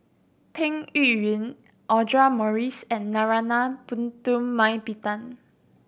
Peng Yuyun Audra Morrice and Narana Putumaippittan